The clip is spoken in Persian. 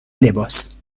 لباس